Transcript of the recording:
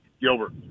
Gilbert